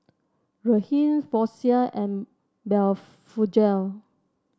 Ridwind Floxia and Blephagel